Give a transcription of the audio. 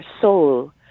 soul